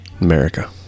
America